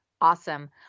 Awesome